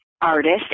artist